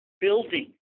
building